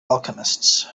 alchemists